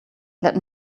let